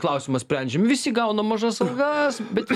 klausimą sprendžiam visi gauna mažas algas bet